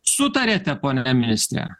sutarėte pone ministre